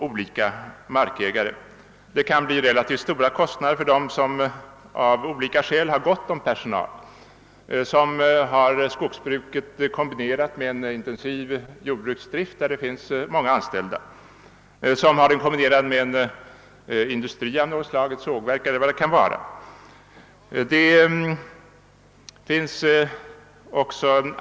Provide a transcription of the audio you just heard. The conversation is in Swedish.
För markägare som av någon orsak har gott om folk kan det bli fråga om relativt stora kostnader, t.ex. för sådana som har sitt skogsbruk kombinerat med intensiv jordbruksdrift och därför har många anställda. Somliga markägare har också sitt skogsbruk kombinerat med en industri av något slag, t.ex. ett sågverk.